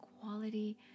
quality